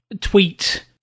tweet